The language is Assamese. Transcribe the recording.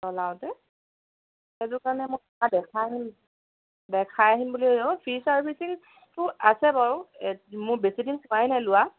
চলাওঁতে সেইটো কাৰণে মই দেখাই আহিম দেখাই আহিম বুলি ফি চাৰ্ভিচিংটো আছে বাৰু মোৰ বেছিদিন হোৱাই নাই লোৱা